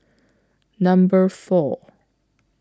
Number four